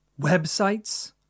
Websites